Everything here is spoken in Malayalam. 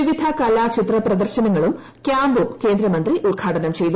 വിവിധ കലാ ചിത്ര പ്രദർശനവും ക്യാമ്പും കേന്ദ്രമന്ത്രി ഉദ്ഘാടനം ചെയ്തു